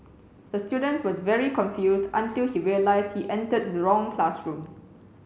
the student was very confused until he realised he entered the wrong classroom